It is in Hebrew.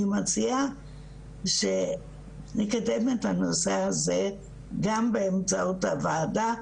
מציעה שנקדם את הנושא הזה גם באמצעות הוועדה,